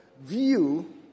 view